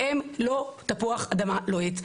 והם לא תפוח אדמה לוהט.